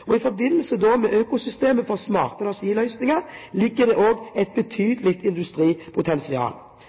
og utbredt. I forbindelse med økosystemet for smarte energiløsninger ligger det også et betydelig industripotensial.